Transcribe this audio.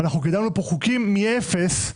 קידמנו כאן חוקים מאפס.